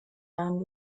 jahren